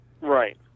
Right